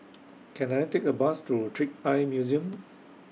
Can I Take A Bus to Trick Eye Museum